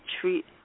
treat